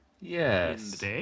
Yes